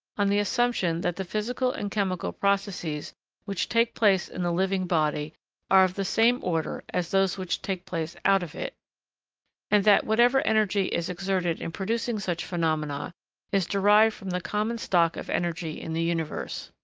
on the assumption that the physical and chemical processes which take place in the living body are of the same order as those which take place out of it and that whatever energy is exerted in producing such phenomena is derived from the common stock of energy in the universe.